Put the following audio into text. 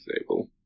table